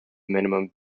minimum